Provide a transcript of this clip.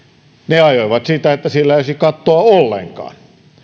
he ajoivat sitä että sillä ei olisi kattoa ollenkaan